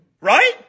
Right